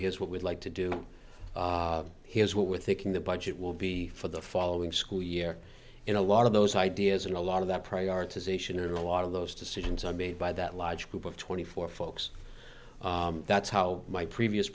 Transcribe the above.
here's what we'd like to do here's what we're thinking the budget will be for the following school year and a lot of those ideas and a lot of that prioritization a lot of those decisions are made by that logic group of twenty four folks that's how my previous